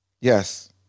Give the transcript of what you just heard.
yes